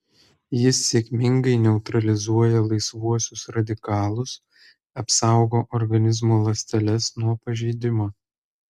jis sėkmingai neutralizuoja laisvuosius radikalus apsaugo organizmo ląsteles nuo pažeidimo